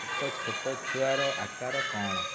ଏକ ଛୋଟ ଛୁଆର ଆକାର କ'ଣ